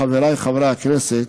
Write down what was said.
חבריי חברי הכנסת,